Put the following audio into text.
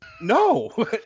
No